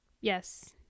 Yes